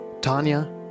Tanya